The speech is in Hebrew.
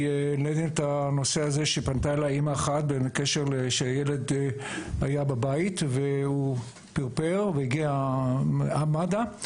פנתה אליי אימא שהילד שלה פירפר והגיע למד"א.